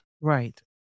Right